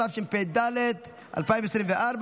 התשפ"ד 2024,